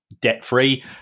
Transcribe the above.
debt-free